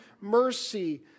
mercy